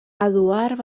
eduard